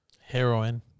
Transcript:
Heroin